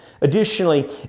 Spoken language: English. Additionally